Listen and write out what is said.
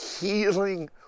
healing